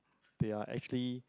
they are actually